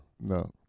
No